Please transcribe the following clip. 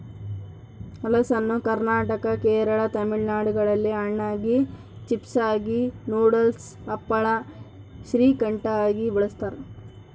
ಹಲಸನ್ನು ಕರ್ನಾಟಕ ಕೇರಳ ತಮಿಳುನಾಡುಗಳಲ್ಲಿ ಹಣ್ಣಾಗಿ, ಚಿಪ್ಸಾಗಿ, ನೂಡಲ್ಸ್, ಹಪ್ಪಳ, ಶ್ರೀಕಂಠ ಆಗಿ ಬಳಸ್ತಾರ